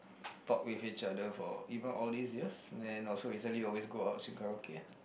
talk with each other for even old days ya then also recently always go out sing karaoke ah